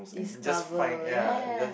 discover ya